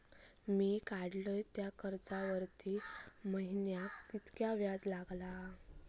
मी काडलय त्या कर्जावरती महिन्याक कीतक्या व्याज लागला?